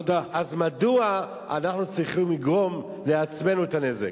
מדוע אנחנו צריכים לגרום לעצמנו את הנזק?